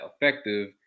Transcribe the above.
effective